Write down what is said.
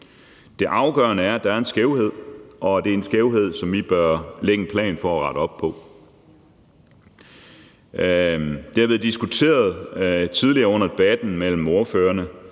Det afgørende er, at der er en skævhed, og at det er en skævhed, som vi bør lægge en plan for at rette op på. Det har været diskuteret tidligere under debatten mellem ordførerne,